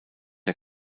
der